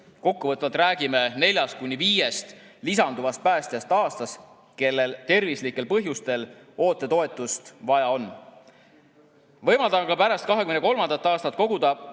Kokkuvõtvalt räägime aastas neljast kuni viiest lisanduvast päästjast, kellel tervislikel põhjustel ootetoetust vaja on. Võimaldame ka pärast 2023. aastat koguda